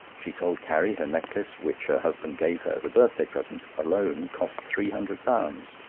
she told carrie her necklace, which her husband gave her as a birthday present, alone cost three hundred pounds.